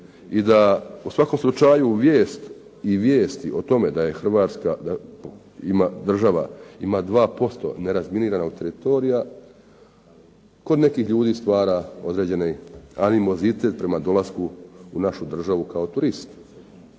i da u svakom slučaju vijest i vijesti o tome da Hrvatska država ima 2% nerazminiranog teritorija kod nekih ljudi stvara određeni animozitet prema dolasku u našu državu kao turist.